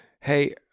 hey